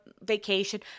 vacation